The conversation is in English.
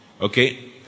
Okay